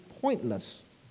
pointless